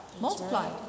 Multiply